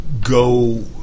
go